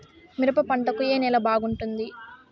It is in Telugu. మిరప పంట కు ఏ నేల బాగుంటుంది?